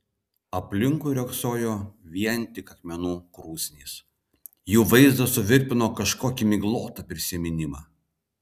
aplinkui riogsojo vien tik akmenų krūsnys jų vaizdas suvirpino kažkokį miglotą prisiminimą